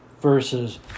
versus